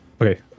Okay